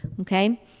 okay